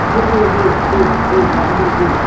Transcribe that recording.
लांफै दे दे दे दे लांफैदो दे